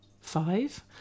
five